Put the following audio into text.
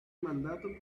mandato